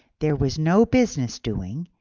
there was no business doing,